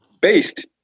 based